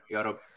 Europe